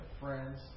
Friends